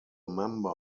member